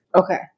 Okay